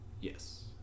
Yes